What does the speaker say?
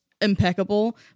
impeccable